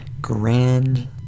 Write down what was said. Grand